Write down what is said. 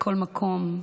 מכל מקום,